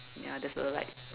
ya there's a like